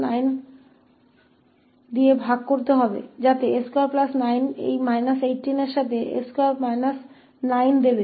ताकि s29 इस −18 के साथ मिलकर यह देगा